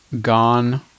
gone